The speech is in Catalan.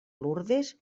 lourdes